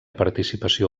participació